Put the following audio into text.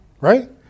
Right